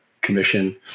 commission